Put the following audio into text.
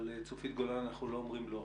אבל לצופית גולן אנחנו לא אומרים לא.